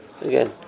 Again